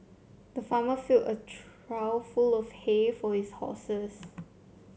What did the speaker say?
the farmer filled a trough full of hay for his horses